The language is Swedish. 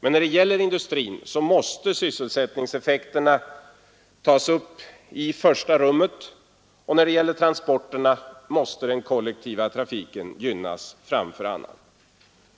Men när det gäller industrin måste sysselsättningseffekterna tas upp i första rummet, och när det gäller transporterna måste den kollektiva trafiken gynnas framför annan.